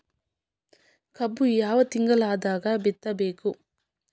ಕಬ್ಬು ಯಾವ ತಿಂಗಳದಾಗ ಬಿತ್ತಬೇಕು?